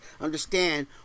Understand